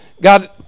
God